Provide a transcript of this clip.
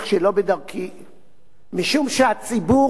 משום שהציבור לא קיבל את העובדות.